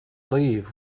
leave